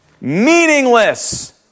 meaningless